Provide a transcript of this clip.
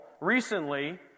recently